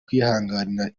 kwihanganira